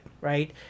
right